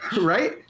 Right